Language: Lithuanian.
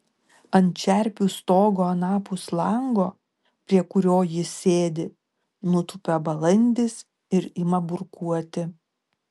ant čerpių stogo anapus lango prie kurio ji sėdi nutūpia balandis ir ima burkuoti